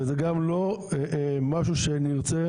וזה גם לא משהו שנרצה,